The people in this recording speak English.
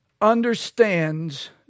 understands